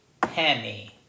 penny